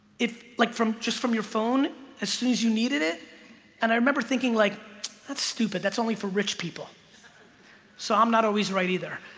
it like from just from your phone as soon as you needed it and i remember thinking like that's stupid. that's only for rich people so i'm not always right either